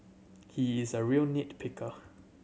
he is a real nit picker